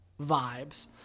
vibes